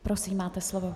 Prosím, máte slovo.